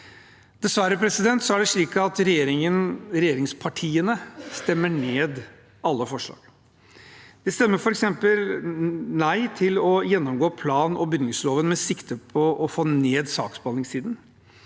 Dessverre er det slik at regjeringspartiene stemmer ned alle forslag. De stemmer f.eks. nei til å gjennomgå plan- og bygningsloven med sikte på å få ned saksbehandlingstiden.